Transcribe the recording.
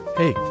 hey